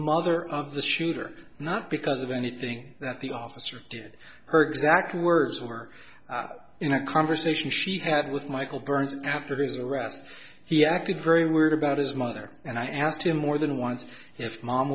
mother of the shooter not because of anything that the officer did her exact words were in a conversation she had with michael burns after his arrest he acted very weird about his mother and i asked him more than once if mom